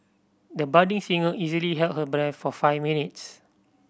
the budding singer easily held her breath for five minutes